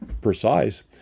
precise